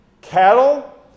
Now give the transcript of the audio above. cattle